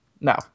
No